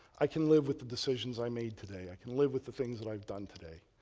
i can live with the decisions i made today, i can live with the things that i've done today.